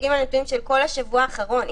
מסתכלים על הנתונים של כל השבוע האחרון.